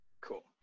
Cool